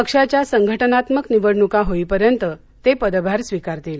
पक्षाच्या संघटनात्मक निवडणुका होईपर्यंत ते पदभार स्वीकारतील